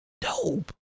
dope